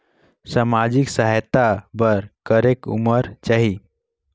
समाजिक सहायता बर करेके उमर चाही?